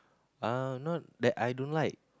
uh not that I don't like